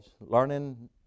learning